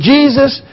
Jesus